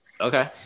Okay